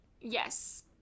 Yes